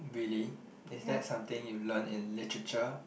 really is that something you learn in literature